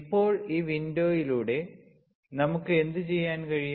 ഇപ്പോൾ ഈ വിൻഡോയിലൂടെ നമുക്ക് എന്തുചെയ്യാൻ കഴിയും